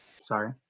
Sorry